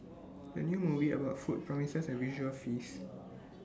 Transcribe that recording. the new movie about food promises A visual feast